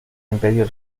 impedir